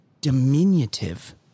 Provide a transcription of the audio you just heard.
diminutive